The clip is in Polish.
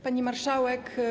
Pani Marszałek!